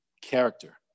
character